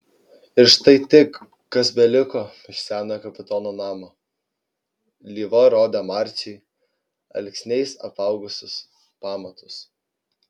ir štai tik kas beliko iš senojo kapitono namo lyva rodė marciui alksniais apaugusius pamatus